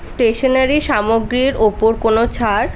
stationery সামগ্রীর ওপর কোনও ছাড়